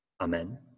Amen